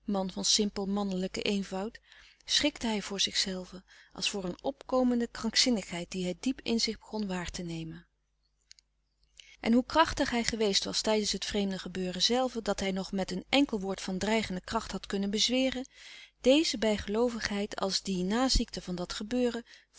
van simpel mannelijken eenvoud schrikte hij voor zichzelven als voor een opkomende krankzinnigheid die hij diep in zich begon waar te nemen en hoe krachtig hij geweest was tijdens het vreemde gebeuren zelve dat hij nog met een enkel woord van dreigende kracht had kunnen bezweren deze bijgeloovigheid als de naziekte van dat gebeuren